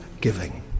giving